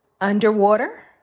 underwater